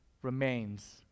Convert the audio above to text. remains